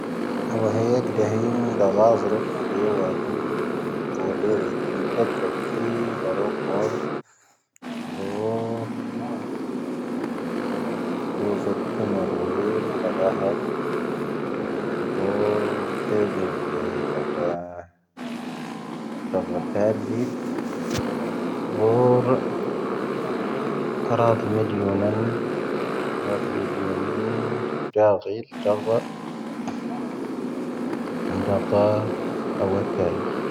ⴰⵡⴰ ⵀⵢⴰⴳⴷⴻⵀⵉⵏⴻ ⴷⴳⵀⴰⵣⵔⵓⴼ ⵢⴰⵡⴰⴷⵉⵏ pooⵔⵉⵔⵉⵜ ⵏⵜⴻⵜⴻⵜⵉⵜ ⴷⴳⵀⴰⵔoⵇ ⴳⵀoⵔ. ⴳⵀoⵔ. ⴳⵀoⵣⵓⵜ ⴽⵉⵎⴻ ⵔⵓⵡⴻⵉⵏ ⴷⴳⵀⴰⴰⵍ. ⴳⵀoⵔ ⵜⴻⵜⴻⴱⴻ ⴷⴳⵀⴰ. ⴷⴳⵀⴰ ⵜⴻⵜⴻⴱⴻ ⴷⴳⵀⴰⴰⵍⵉⵜ. ⴳⵀoⵔ. ⴽⴰⵔⴰⴷ ⵎⵉⵍⵉⵢⵓⵏⴰⵏ. ⴽⴰⵔⴰⴷ ⵎⵉⵍⵉⵢⵓⵏⴰⵏ ⴷⴳⵀⴰⵇⵉⵍ ⴷⴳⵀⴰ. ⵏⴷⴰⵇⴰⴰ ⴰⵡⴰⵜⴰⵢⵉⵙⵀ.